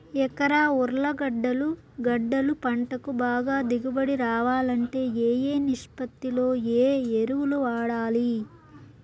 ఎకరా ఉర్లగడ్డలు గడ్డలు పంటకు బాగా దిగుబడి రావాలంటే ఏ ఏ నిష్పత్తిలో ఏ ఎరువులు వాడాలి?